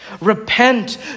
Repent